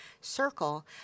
circle